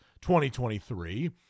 2023